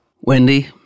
Wendy